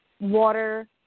water